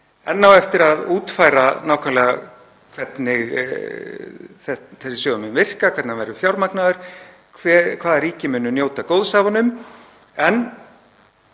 Enn á eftir að útfæra nákvæmlega hvernig þessi sjóður mun virka, hvernig hann verður fjármagnaður, hvaða ríki munu njóta góðs af honum en